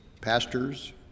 pastors